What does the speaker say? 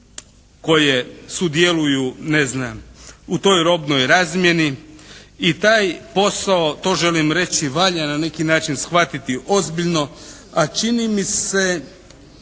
koje sudjeluju, ne znam, u toj robnoj razmjeni. I taj posao, to želim reći, valja na neki način shvatiti ozbiljno. A čini mi se